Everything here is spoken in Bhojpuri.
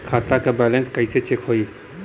खता के बैलेंस कइसे चेक होई?